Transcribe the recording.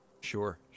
Sure